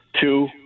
Two